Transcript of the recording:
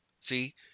See